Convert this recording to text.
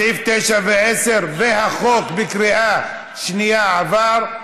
סעיף 9 ו-10 והחוק בקריאה שנייה עבר.